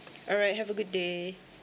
alright have a good day